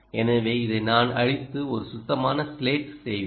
எனவே இதை நான் அழித்து ஒரு சுத்தமான ஸ்லேட்டை செய்வேன்